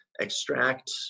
extract